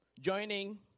joining